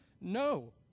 No